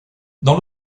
dans